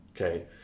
okay